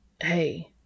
Hey